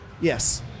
Yes